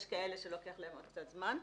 יש כאלה שלוקח להם עוד קצת זמן.